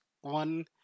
one